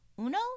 uno